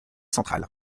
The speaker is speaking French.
centrale